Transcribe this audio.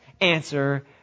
answer